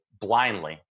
blindly